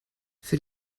für